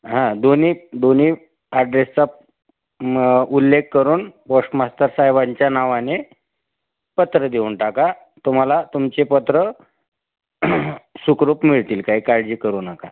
हां दोन्ही दोन्ही ॲड्रेसचा उल्लेख करून पोस्ट मास्टर साहेबांच्या नावाने पत्र देऊन टाका तुम्हाला तुमचे पत्र सुखरूप मिळतील काही काळजी करू नका